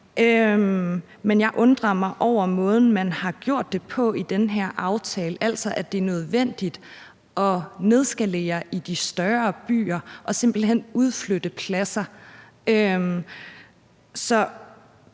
men jeg undrer mig over måden, man har gjort det på i den her aftale, altså at det er nødvendigt at nedskalere i de større byer og simpelt hen udflytte pladser.